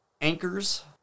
Anchors